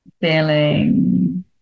feeling